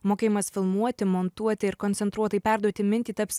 mokėjimas filmuoti montuoti ir koncentruotai perduoti mintį taps